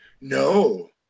No